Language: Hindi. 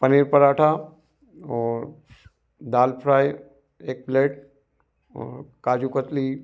पनीर पराँठा और दाल फ़्राइ एक प्लेट और काजू कतली